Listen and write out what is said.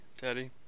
Teddy